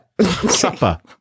Supper